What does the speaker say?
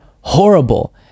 horrible